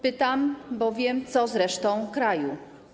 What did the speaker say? Pytam bowiem: Co z resztą kraju?